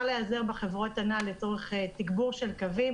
להיעזר בחברות האלה לצורך תגבור של קווים.